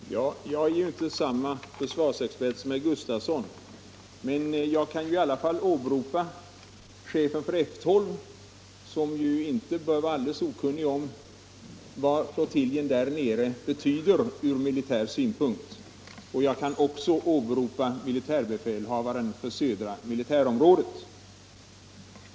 Herr talman! Jag är inte samma försvarsexpert som herr Gustafsson i Uddevalla, men jag kan i alla fall åberopa både chefen för F 12 och militärbefälhavaren för södra militärområdet, vilka ju inte bör vara alldeles okunniga om vad flottiljen i Kalmar betyder ur militär synpunkt.